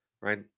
right